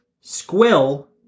Squill